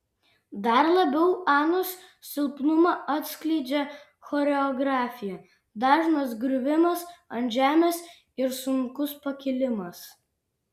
dar labiau anos silpnumą atskleidžia choreografija dažnas griuvimas ant žemės ir sunkus pakilimas